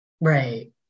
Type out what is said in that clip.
Right